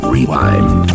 Rewind